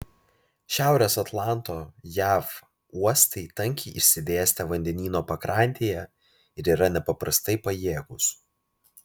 šiaurės atlanto jav uostai tankiai išsidėstę vandenyno pakrantėje ir yra nepaprastai pajėgūs